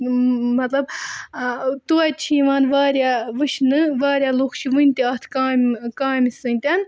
مطلب توتہِ چھِ یِوان واریاہ وٕچھنہٕ واریاہ لُکھ چھِ وٕنہِ تہِ اَتھ کامہِ کامہِ سۭتۍ